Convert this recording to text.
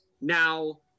Now